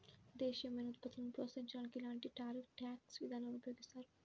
దేశీయమైన ఉత్పత్తులను ప్రోత్సహించడానికి ఇలాంటి టారిఫ్ ట్యాక్స్ విధానాలను ఉపయోగిస్తారు